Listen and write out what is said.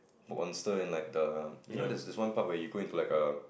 monster and like the you know there's there's one part where you go into like a